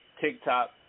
TikTok